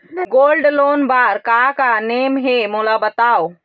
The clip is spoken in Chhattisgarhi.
गोल्ड लोन बार का का नेम हे, मोला बताव?